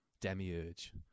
demiurge